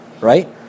right